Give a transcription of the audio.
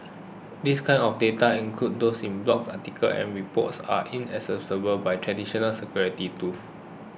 this kind of data including those in blogs articles and reports are inaccessible by traditional security tools